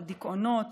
על דיכאונות,